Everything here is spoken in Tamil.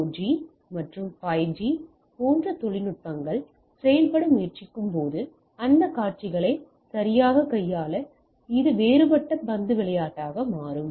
4 ஜி மற்றும் 5 ஜி போன்ற தொழில்நுட்பங்கள் செயல்பட முயற்சிக்கும்போது அந்த காட்சிகளை சரியாக கையாள இது வேறுபட்ட பந்து விளையாட்டாக மாறும்